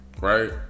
right